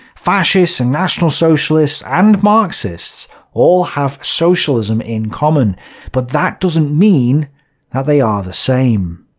fascists and national socialists and marxists all have socialism in common but that doesn't mean they are the same.